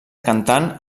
cantant